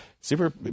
Super